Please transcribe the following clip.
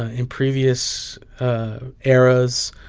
ah in previous eras,